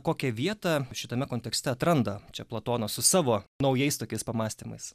kokią vietą šitame kontekste atranda čia platonas su savo naujais tokiais pamąstymais